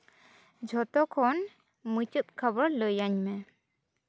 ᱡᱚᱛᱚᱠᱷᱚᱱ ᱢᱩᱪᱟᱹᱫ ᱠᱷᱚᱵᱚᱨ ᱞᱟᱹᱭᱟᱹᱧ ᱢᱮ